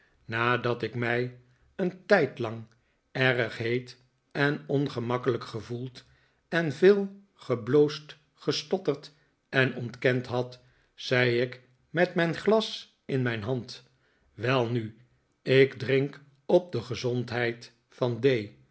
nadat ik mij een tijdlang erg heet en ongemakkelijk gevoeld en veel gebloosd gestotterd en ontkend had zei ik met mijn glas in mijn hand welnu ik drink op de gezondheid van d